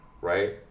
right